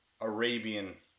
Arabian